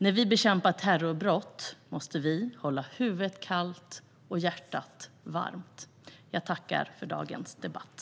När vi bekämpar terrorbrott måste vi hålla huvudet kallt och hjärtat varmt. Jag tackar för dagens debatt.